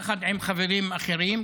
יחד עם חברים אחרים,